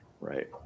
Right